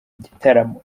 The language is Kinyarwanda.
gitaramo